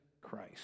Christ